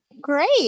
great